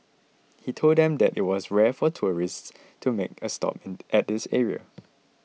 he told them that it was rare for tourists to make a stop at this area